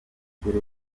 mbere